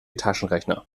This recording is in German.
taschenrechner